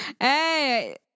Hey